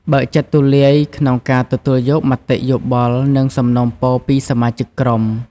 បើកចិត្តទូលាយក្នុងការទទួលយកមតិយោបល់ និងសំណូមពរពីសមាជិកក្រុម។